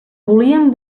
volien